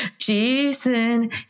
Jason